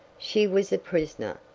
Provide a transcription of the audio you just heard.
she was a prisoner!